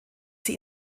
sie